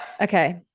Okay